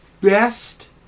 best